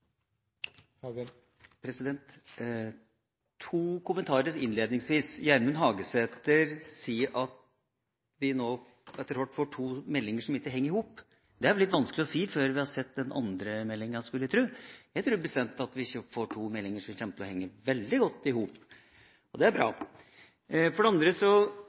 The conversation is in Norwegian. prisavslag. To kommentarer innledningsvis: Gjermund Hagesæter sier at vi nå får to meldinger som ikke henger i hop. Det er vel litt vanskelig å si før vi har sett den andre meldinga, skulle jeg tro. Jeg tror bestemt at vi vil få to meldinger som kommer til å henge veldig godt i hop, og det er bra. Så sier Michael Tetzschner noe som jeg tror er veldig viktig når det